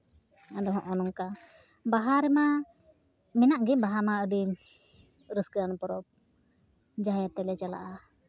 ᱟᱫᱚ ᱦᱚᱸᱜᱼᱚ ᱱᱚᱝᱠᱟ ᱵᱟᱦᱟ ᱨᱮᱢᱟ ᱢᱮᱱᱟᱜ ᱜᱮ ᱵᱟᱦᱟ ᱢᱟ ᱟᱹᱰᱤ ᱨᱟᱹᱥᱠᱟᱹ ᱟᱱ ᱯᱚᱨᱚᱵᱽ ᱡᱟᱦᱮᱨ ᱛᱮᱞᱮ ᱪᱟᱞᱟᱜᱼᱟ